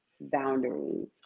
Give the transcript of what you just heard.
Boundaries